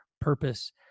purpose